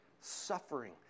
suffering